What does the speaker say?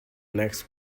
next